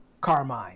Carmine